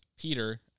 Peter